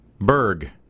Berg